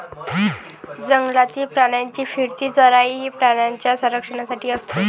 जंगलातील प्राण्यांची फिरती चराई ही प्राण्यांच्या संरक्षणासाठी असते